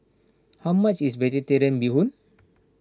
how much is Vegetarian Bee Hoon